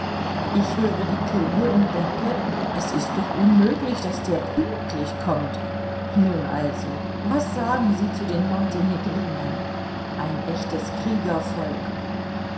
ich höre die klingel und denke es ist doch unmöglich daß der pünktlich kommt nun also was sagen sie zu den montenegrinern ein echtes